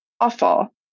awful